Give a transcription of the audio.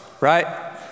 right